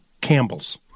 Campbell's